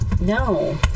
No